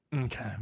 Okay